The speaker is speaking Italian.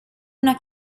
una